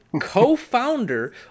co-founder